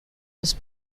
was